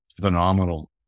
phenomenal